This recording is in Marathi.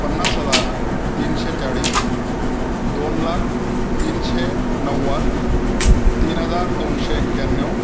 पन्नास हजार तीनशे चाळीस दोन लाख तीनशे नव्वद तीन हजार दोनशे एक्याण्णव